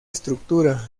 estructura